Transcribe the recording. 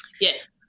Yes